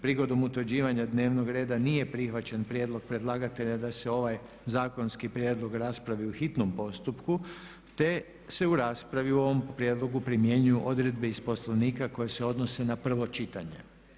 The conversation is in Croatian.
Prigodom utvrđivanja dnevnog reda nije prihvaćen prijedlog predlagatelja da se ovaj zakonski prijedlog raspravi u hitnom postupku te se u raspravi o ovom prijedlogu primjenjuju odredbe iz Poslovnika koje se odnose na prvo čitanje.